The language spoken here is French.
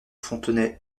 fontenay